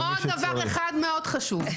עוד דבר אחד מאוד חשוב.